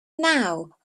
now